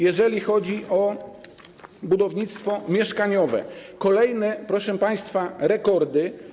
Jeżeli chodzi o budownictwo mieszkaniowe, to kolejne, proszę państwa, rekordy.